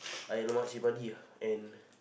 air lemak chilli-padi uh and